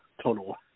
total